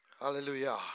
Hallelujah